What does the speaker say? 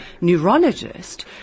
neurologist